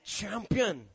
champion